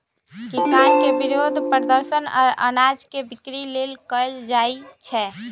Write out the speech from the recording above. किसान के विरोध प्रदर्शन अनाज के बिक्री लेल कएल जाइ छै